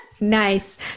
Nice